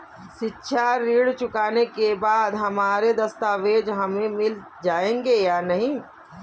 शिक्षा ऋण चुकाने के बाद हमारे दस्तावेज हमें मिल जाएंगे या नहीं?